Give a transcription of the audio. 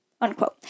unquote